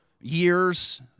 years